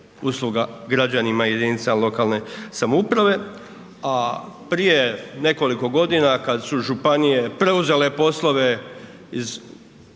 usluga građanima i jedinicama lokalne samouprave, a prije nekoliko godina kad su županije preuzele poslove iz